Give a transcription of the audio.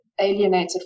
alienated